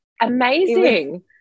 amazing